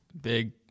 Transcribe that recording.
Big –